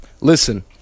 Listen